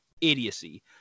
Idiocy